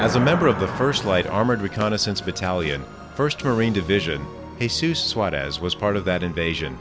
as a member of the first light armored reconnaissance battalion first marines division a seuss white as was part of that invasion